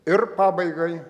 ir pabaigai